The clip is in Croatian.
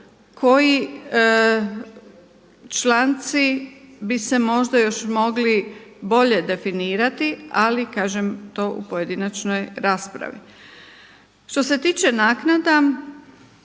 koji članci bi se možda još i mogli bolje definirati. Ali kažem to u pojedinačnoj raspravi. Što se tiče naknada